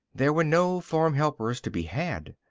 there were no farm helpers to be had.